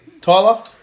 Tyler